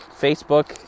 Facebook